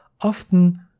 often